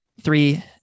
three